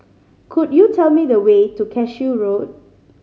could you tell me the way to Cashew Road